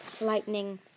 lightning